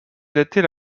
dater